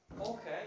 okay